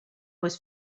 was